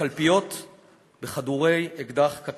כמעט שנות דור אנו